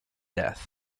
death